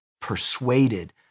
persuaded